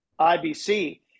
IBC